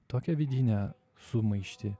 tokią vidinę sumaištį